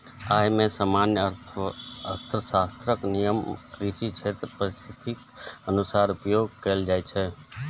अय मे सामान्य अर्थशास्त्रक नियम कें कृषि क्षेत्रक परिस्थितिक अनुसार उपयोग कैल जाइ छै